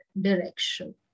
direction